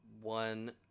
One